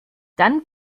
dann